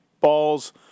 balls